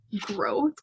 growth